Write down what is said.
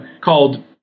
called